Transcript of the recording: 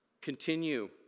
Continue